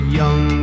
young